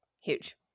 Huge